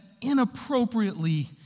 inappropriately